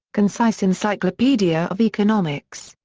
concise encyclopedia of economics,